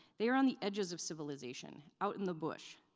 they are on the edges of civilization, out in the bush.